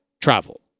travel